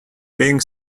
being